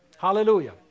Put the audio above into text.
Hallelujah